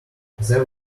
there